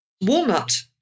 walnut